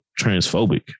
transphobic